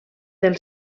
del